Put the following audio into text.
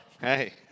Hey